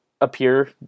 appear